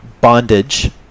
bondage